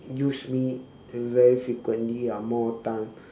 use me very frequently ah more time